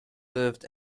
served